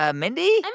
ah mindy and